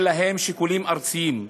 אלא הם שיקולים ארציים.